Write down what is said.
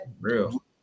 real